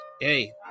Hey